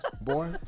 Boy